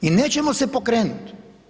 I nećemo se pokrenuti.